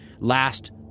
last